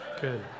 Good